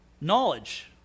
Knowledge